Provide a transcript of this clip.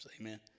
amen